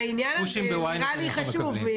העניין הזה נראה לי חשוב.